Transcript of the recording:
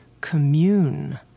commune